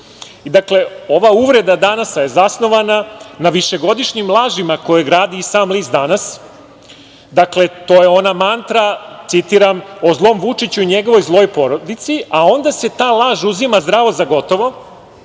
tekstu. Ova uvreda „Danasa“ je zasnovana na višegodišnjim lažima koje gradi sam list „Danas“. To je ona mantra, citiram, o zlom Vučiću i njegovoj zloj porodici, a onda se ta laž uzima zdravo za gotovo